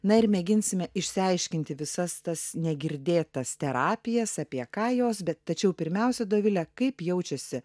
na ir mėginsime išsiaiškinti visas tas negirdėtas terapijas apie ką jos bet tačiau pirmiausia dovile kaip jaučiasi